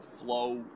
flow